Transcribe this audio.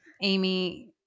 Amy